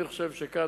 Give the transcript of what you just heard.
אני חושב שכאן,